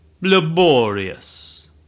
laborious